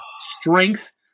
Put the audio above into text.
strength